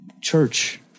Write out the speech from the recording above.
Church